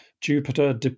Jupiter